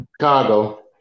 Chicago